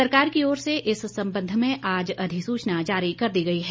सरकार की ओर से इस संबंध में आज अधिसूचना जारी कर दी गई है